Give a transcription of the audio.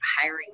hiring